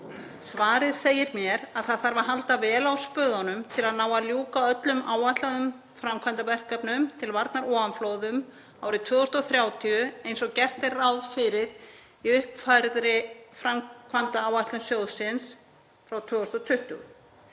Svarið segir mér að það þarf að halda vel á spöðunum til að ná að ljúka öllum áætluðum framkvæmdaverkefnum til varnar ofanflóðum árið 2030 eins og gert er ráð fyrir í uppfærðri framkvæmdaáætlun sjóðsins frá 2020.